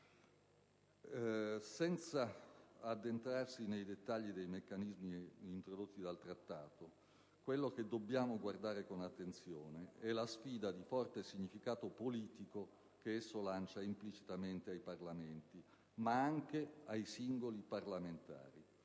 Senza addentrarci nei dettagli dei meccanismi introdotti dal Trattato, quello che dobbiamo guardare con attenzione è la sfida di forte significato politico che esso lancia implicitamente ai Parlamenti, ma anche ai singoli parlamentari.